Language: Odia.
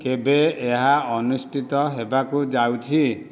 କେବେ ଏହା ଅନୁଷ୍ଠିତ ହେବାକୁ ଯାଉଛି